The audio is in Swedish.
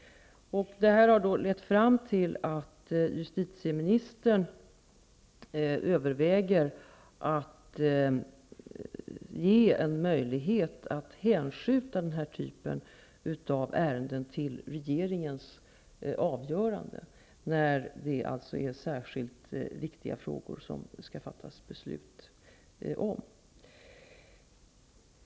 Detta har lett fram till att justitieministern överväger att ge en möjlighet att hänskjuta denna typ av ärenden till regeringen för avgörande, dvs. när det är särskilt viktiga frågor som det skall fattas beslut om.